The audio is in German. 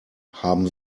haben